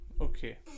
Okay